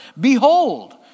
Behold